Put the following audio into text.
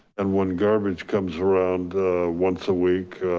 and when garbage comes around once a week,